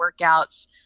workouts